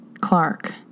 Clark